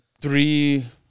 three